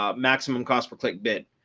um maximum cost per click bit.